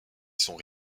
sont